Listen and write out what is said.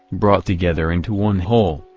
brought together into one whole,